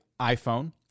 iPhone